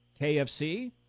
KFC